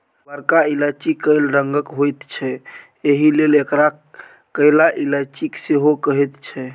बरका इलायची कैल रंगक होइत छै एहिलेल एकरा कैला इलायची सेहो कहैत छैक